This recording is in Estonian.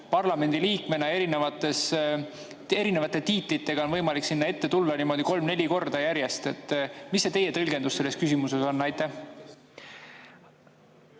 parlamendiliikmena erinevate tiitlitega on võimalik sinna ette tulla niimoodi kolm-neli korda järjest? Mis see teie tõlgendus selles küsimuses on? Jaa.